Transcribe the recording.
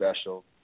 special